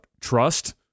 trust